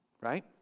Right